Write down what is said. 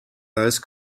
those